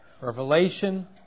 Revelation